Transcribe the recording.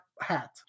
hat